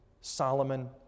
Solomon